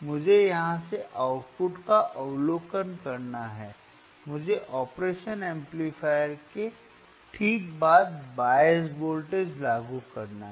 मुझे यहां से आउटपुट का अवलोकन करना है मुझे ऑपरेशन एम्पलीफायर के ठीक बाद बायस वोल्टेज लागू करना है